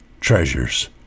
treasures